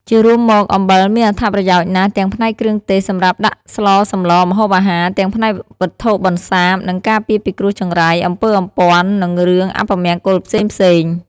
ជារួមមកអំបិលមានអត្ថប្រយោជន៍ណាស់ទាំងផ្នែកគ្រឿងទេសសម្រាប់ដាក់ស្លសម្លរម្ហូបអាហារ ទាំងផ្នែកវត្ថុបន្សាប និងការពារពីគ្រោះចង្រៃ អំពើអំព័ន្ធ និងរឿងអពមង្គលផ្សេងៗ។